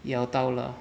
要到了